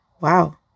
Wow